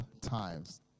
times